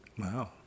Wow